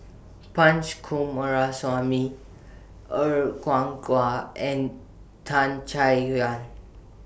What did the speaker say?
Punch Coomaraswamy Er Kwong and Tan Chay Yan